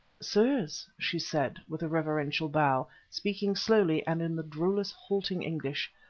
sirs, she said, with a reverential bow, speaking slowly and in the drollest halting english,